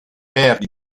per